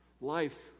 life